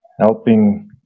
helping